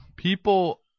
people